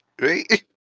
Right